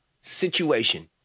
situation